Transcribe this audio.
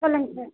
சொல்லுங்கள் சார்